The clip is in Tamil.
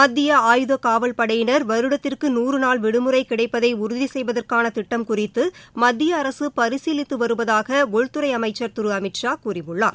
மத்திய ஆயுத காவல்படையினர் வருடத்திற்கு நூறு நாள் விடுமுறை கிடைப்பதை உறுதி செய்வதற்கான திட்டம் குறித்து மத்திய அரசு பரிசீலித்து வருவதாக உள்துறை அமைச்ச் திரு அமித்ஷா கூறியுள்ளார்